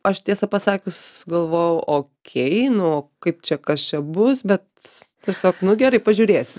aš tiesą pasakius galvojau okei nu o kaip čia kas čia bus bet tiesiog nu gerai pažiūrėsim